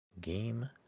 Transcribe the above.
Game